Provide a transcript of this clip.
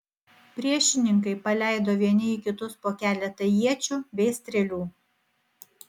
priešininkai paleido vieni į kitus po keletą iečių bei strėlių